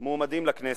מועמדים לכנסת.